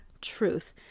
truth